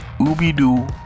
Ooby-doo